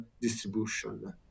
distribution